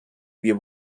wir